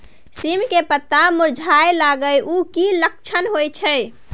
सीम के पत्ता मुरझाय लगल उ कि लक्षण होय छै?